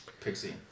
Pixie